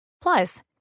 Plus